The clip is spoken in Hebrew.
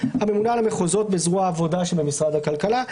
הממונה על המחוזות בזרוע העבודה שבמשרד הכלכלה.